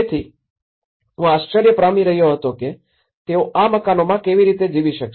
તેથી હું આશ્ચર્ય પામી રહ્યો હતો કે તેઓ આ મકાનોમાં કેવી રીતે જીવી શકશે